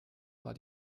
war